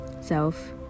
self